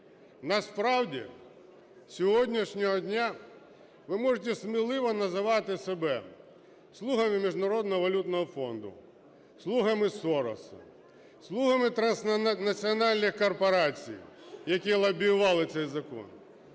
Насправді, з сьогоднішнього дня ви можете сміливо називати себе "слугами Міжнародного валютного фонду", "слугами Сороса", "слугами транснаціональних корпорацій", які лобіювали цей закон.